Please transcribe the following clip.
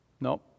No